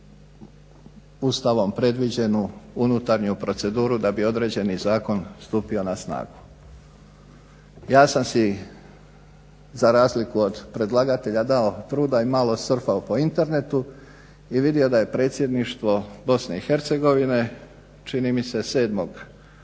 Ustavom predviđenu unutarnju proceduru da bi određeni zakon stupio na snagu. Ja sam si za razliku od predlagatelja dao truda i malo surfao po internetu i vidio da je predsjedništvo BiH čini mi se 7.kolovoza